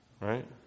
Right